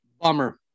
Bummer